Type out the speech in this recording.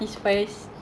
berkebun